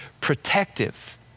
protective